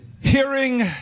hearing